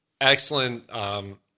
excellent